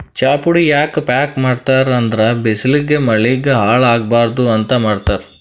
ಚಾಪುಡಿ ಯಾಕ್ ಪ್ಯಾಕ್ ಮಾಡ್ತರ್ ಅಂದ್ರ ಬಿಸ್ಲಿಗ್ ಮಳಿಗ್ ಹಾಳ್ ಆಗಬಾರ್ದ್ ಅಂತ್ ಮಾಡ್ತಾರ್